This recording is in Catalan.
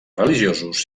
religiosos